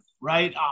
right